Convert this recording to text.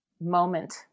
moment